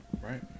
Right